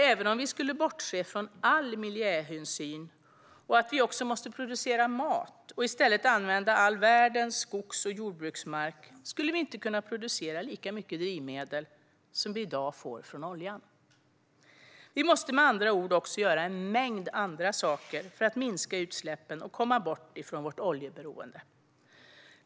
Även om vi skulle bortse från all miljöhänsyn och från att vi också måste producera mat och i stället använda all världens skogs och jordbruksmark skulle vi inte kunna producera lika mycket drivmedel som vi i dag får från oljan. Vi måste med andra ord också göra en mängd andra saker för att minska utsläppen och komma bort från vårt oljeberoende.